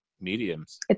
mediums